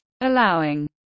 allowing